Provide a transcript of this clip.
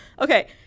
okay